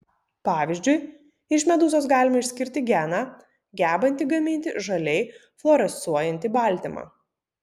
pavyzdžiui iš medūzos galima išskirti geną gebantį gaminti žaliai fluorescuojantį baltymą